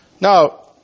Now